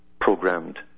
programmed